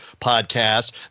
podcast